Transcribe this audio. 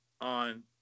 on